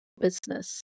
business